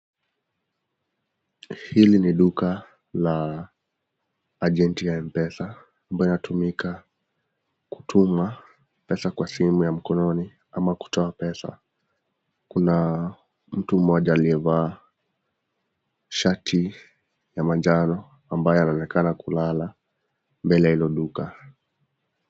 Hili ni duka la agenti ya M-Pesa ambalo linatumika kutuma pesa kwa simu ya mkononi ama kutoa pesa. Kuna mtu mmoja aliyevaa shati ya manjano ambaye anaonekana kulala mbele ya hilo duka.